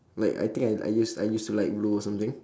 like I think I I used I used to like blue or something